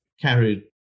carried